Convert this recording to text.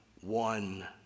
one